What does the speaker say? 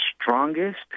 strongest